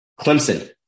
Clemson